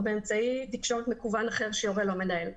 באמצעי תקשורת מקוון אחר שיורה לו המנהל.